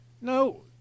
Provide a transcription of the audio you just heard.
No